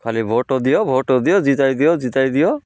ଖାଲି ଭୋଟ ଦିଅ ଭୋଟ ଦିଅ ଜତାଇ ଦିଅ ଜିତାଇ ଦିଅ